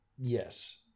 Yes